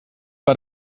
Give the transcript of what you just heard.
war